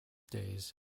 days